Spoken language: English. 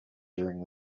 during